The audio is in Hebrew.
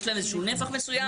יש להם איזה שהוא נפח מסוים.